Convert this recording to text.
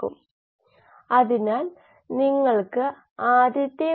coli വിവിധ ഇനങ്ങൾ ഉപയോഗിച്ചു